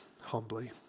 humbly